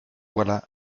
voilà